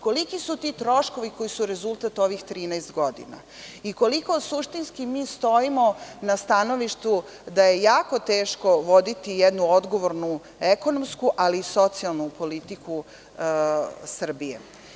Koliki su ti troškovi koji su rezultat ovih 13 godina i koliko suštinski mi stojimo na stanovištu da je jako teško voditi jednu odgovornu ekonomsku, ali i socijalnu politiku Srbije.